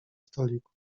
stoliku